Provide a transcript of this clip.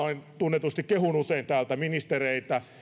tunnetusti kehun usein täältä ministereitä